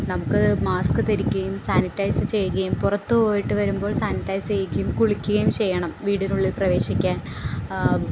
നമുക്ക് മാസ്ക് ധരിക്കയും സാനിറ്റൈസ് ചെയ്യുകയും പുറത്ത് പോയിട്ട് വരുമ്പോൾ സാനിറ്റൈസ് ചെയ്യുകയും കുളിക്കുകയും ചെയ്യണം വീടിനുള്ളിൽ പ്രവേശിക്കാൻ